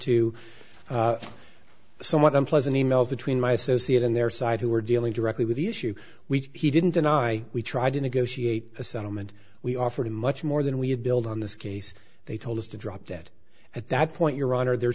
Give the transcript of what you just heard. to the somewhat unpleasant e mails between my associate and their side who are dealing directly with the issue which he didn't deny we tried to negotiate a settlement we offered him much more than we had billed on this case they told us to drop that at that point your honor there